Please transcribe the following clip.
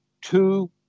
two